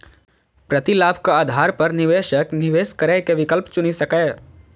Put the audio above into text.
प्रतिलाभक आधार पर निवेशक निवेश करै के विकल्प चुनि सकैए